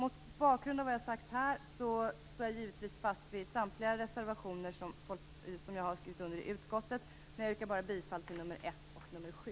Mot bakgrund av vad jag har sagt här står jag givetvis fast vid samtliga reservationer som jag har skrivit under i utskottet, men jag yrkar bara bifall till reservationerna 1 och 7.